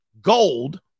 gold